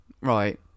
right